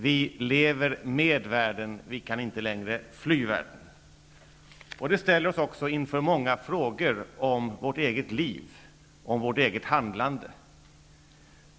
Vi lever med världen, och vi kan inte längre fly världen. Detta ställer oss inför många frågor om vårt eget liv och om vårt eget handlande.